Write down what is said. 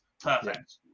perfect